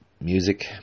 music